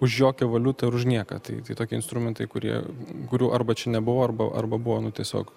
už jokią valiutą ir už nieką tai tokie instrumentai kurie kurių arba čia nebuvo arba arba buvom nu tiesiog